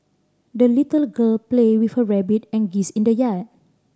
the little girl played with her rabbit and geese in the yard